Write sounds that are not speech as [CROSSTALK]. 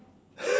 [LAUGHS]